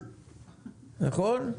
נכון?